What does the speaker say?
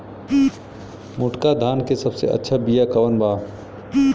मोटका धान के सबसे अच्छा बिया कवन बा?